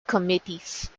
committees